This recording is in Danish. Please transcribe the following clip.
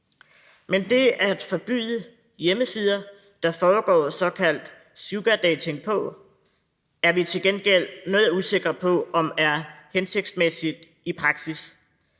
Men det at forbyde hjemmesider, hvor der foregår såkaldt sugardating, er vi til gengæld noget usikre på om er hensigtsmæssigt i praksis,